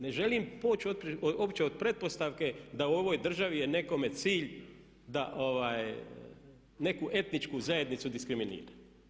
Ne želim poći uopće od pretpostavke da u ovoj državi je nekome cilj da neku etničku zajednicu diskriminira.